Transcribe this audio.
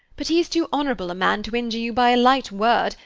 but he is too honorable a man to injure you by a light word,